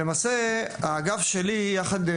ומעשה האגף שלי יחד,